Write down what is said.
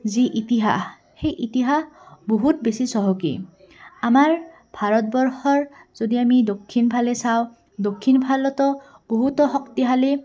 যি ইতিহাস সেই ইতিহাস বহুত বেছি চহকী আমাৰ ভাৰতবৰ্ষৰ যদি আমি দক্ষিণ ফালে চাওঁ দক্ষিণ ফালতো বহুতো শক্তিশালী